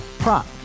Prop